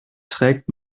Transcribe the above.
trägt